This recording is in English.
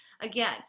Again